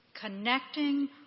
connecting